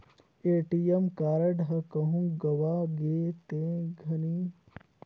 ATM card ह कहूँ गवा गे तेन घरी मे बरोबर सुरता कइर के ए.टी.एम ले तुंरत बेंक मे जायके बंद करवाये देना चाही